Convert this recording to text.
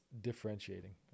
differentiating